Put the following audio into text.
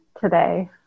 today